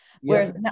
Whereas